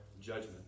judgment